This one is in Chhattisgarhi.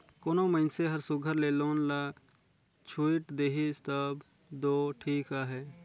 कोनो मइनसे हर सुग्घर ले लोन ल छुइट देहिस तब दो ठीक अहे